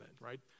right